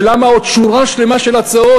ולמה עוד שורה שלמה של הצעות,